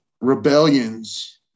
rebellions